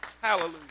Hallelujah